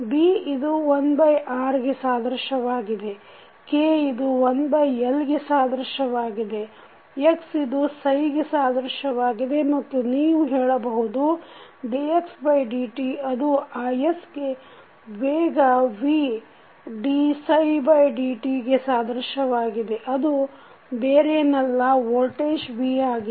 B ಇದು 1R ಗೆ ಸಾದೃಶ್ಯವಾಗಿದೆ K ಇದು 1L ಗೆ ಸಾದೃಶ್ಯವಾಗಿದೆ x ಇದು ಗೆ ಸಾದೃಶ್ಯವಾಗಿದೆ ಮತ್ತು ನೀವು ಹೇಳಬಹುದು dxdt ಅದು is ವೇಗ v dψdt ಗೆ ಸಾದೃಶ್ಯವಾಗಿದೆ ಅದು ಬೇರೆನಲ್ಲ ವೋಲ್ಟೇಜ್ V ಆಗಿದೆ